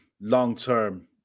long-term